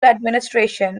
administration